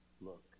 look